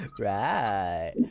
Right